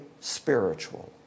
spiritual